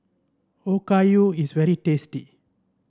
Okayu is very tasty